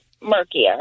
murkier